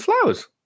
flowers